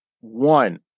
one